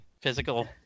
physical